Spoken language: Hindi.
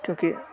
क्योंकि